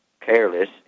careless